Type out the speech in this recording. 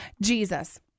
Jesus